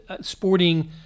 Sporting